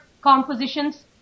compositions